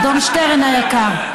אדון שטרן היקר,